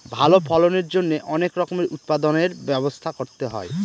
ভালো ফলনের জন্যে অনেক রকমের উৎপাদনর ব্যবস্থা করতে হয়